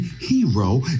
hero